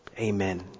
Amen